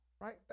Right